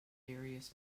various